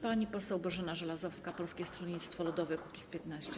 Pani poseł Bożena Żelazowska, Polskie Stronnictwo Ludowe - Kukiz15.